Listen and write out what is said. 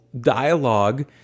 dialogue